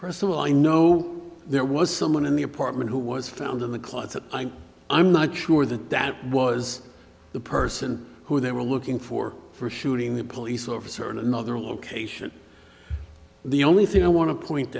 personal i know there was someone in the apartment who was found in the closet i'm not sure that that was the person who they were looking for for shooting the police officer in another location the only thing i want to point